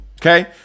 Okay